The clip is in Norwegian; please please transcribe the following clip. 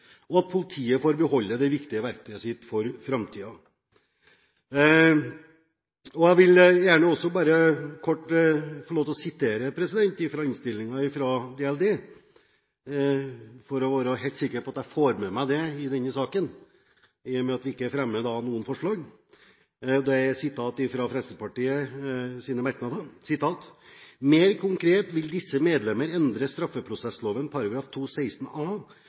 og at politiet får beholde det viktige verktøyet sitt i framtiden. Jeg vil gjerne også bare kort få lov til å sitere fra innstillingen om DLD, for å være helt sikker på at jeg får det med meg i denne saken, i og med at vi ikke fremmer noen forslag. Det er sitat fra Fremskrittspartiets merknader: «Mer konkret vil disse medlemmer endre straffeprosessloven § 216 a,